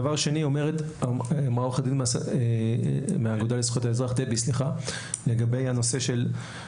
מדברת עורכת הדין דבי גילד חיו על הנושא שמתכוונים